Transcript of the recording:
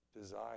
desire